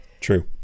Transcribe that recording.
True